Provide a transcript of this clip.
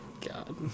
God